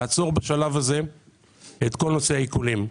לעצור בשלב הזה את כל נושא העיקולים.